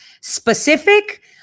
Specific